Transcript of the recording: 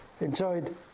enjoyed